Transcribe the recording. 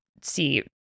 see